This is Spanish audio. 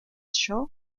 shaw